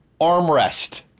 armrest